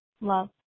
love